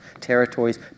territories